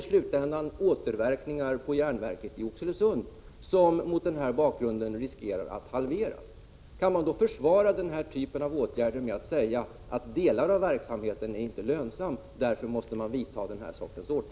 I slutändan får den även återverkningar på järnverket i Oxelösund, som mot en sådan bakgrund riskerar att halveras. Kan man då försvara denna typ av åtgärder med att säga att de måste vidtas därför att delar av verksamheten inte är lönsamma?